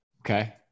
Okay